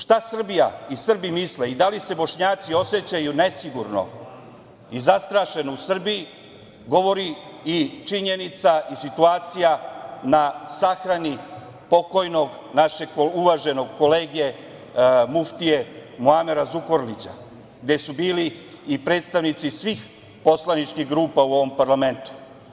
Šta Srbija i Srbi misle i da li se Bošnjaci osećaju nesigurno i zastrašeno u Srbiji, govori i činjenica i situacija na sahrani pokojnog našeg uvaženog kolege muftije Muamera Zukorlića, gde su bili i predstavnici svih poslaničkih grupa u ovom parlamentu.